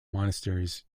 monasteries